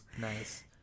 Nice